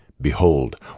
behold